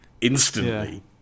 instantly